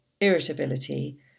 irritability